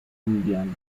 indiana